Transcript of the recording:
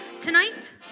Tonight